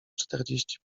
czterdzieści